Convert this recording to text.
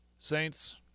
Saints